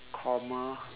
comma